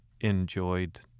enjoyed